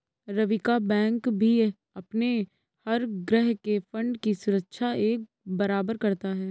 रवि का बैंक भी अपने हर ग्राहक के फण्ड की सुरक्षा एक बराबर करता है